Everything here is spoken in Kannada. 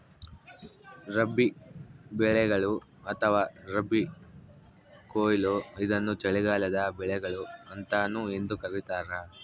ರಬಿ ಬೆಳೆಗಳು ಅಥವಾ ರಬಿ ಕೊಯ್ಲು ಇದನ್ನು ಚಳಿಗಾಲದ ಬೆಳೆಗಳು ಅಂತಾನೂ ಎಂದೂ ಕರೀತಾರ